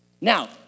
Now